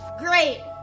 Great